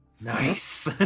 Nice